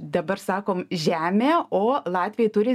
dabar sakome žemė o latviai turi